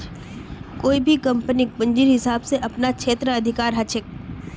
कोई भी कम्पनीक पूंजीर हिसाब स अपनार क्षेत्राधिकार ह छेक